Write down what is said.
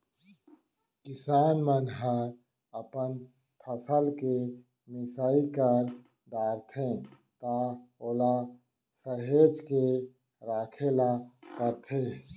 किसान मन ह अपन फसल के मिसाई कर डारथे त ओला सहेज के राखे ल परथे